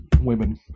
women